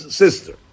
sister